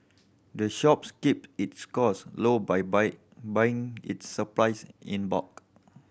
the shops keep its costs low by buy buying its supplies in bulk